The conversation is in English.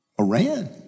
Iran